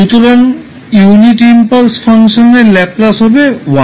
সুতরাং unit impulse ফাংশনের Laplace হবে 1